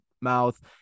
mouth